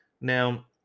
Now